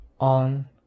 on